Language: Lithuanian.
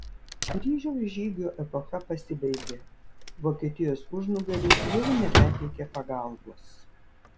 kryžiaus žygių epocha pasibaigė vokietijos užnugaris jau nebeteikė pagalbos